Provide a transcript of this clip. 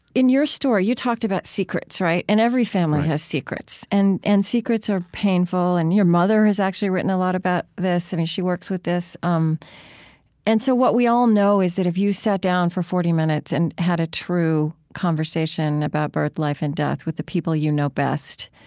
in your story, you talked about secrets, right? and every family has secrets. and and secrets are painful, and your mother has actually written a lot about this. she works with this. um and so what we all know is that if you sat down for forty minutes and had a true conversation about birth, life, and death with the people you know best,